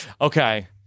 okay